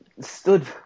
stood